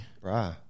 right